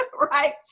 right